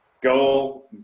go